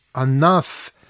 enough